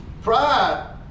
Pride